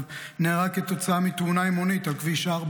נהרג כתוצאה מתאונה עם מונית על כביש 4,